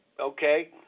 okay